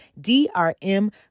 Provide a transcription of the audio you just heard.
DRM